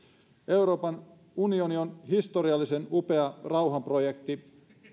euroopan unioni on historiallisen upea rauhanprojekti